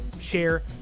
share